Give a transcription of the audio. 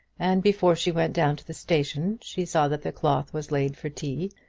and before she went down to the station she saw that the cloth was laid for tea,